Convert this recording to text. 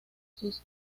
sus